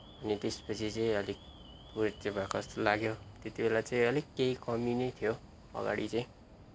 अनि त्यसपछि चाहिँ अलिक उयो चाहिँ भएको जस्तो लाग्यो त्यतिबेला चाहिँ अलिक केही कमी नै थियो अघाडि चाहिँ